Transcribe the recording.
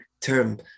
term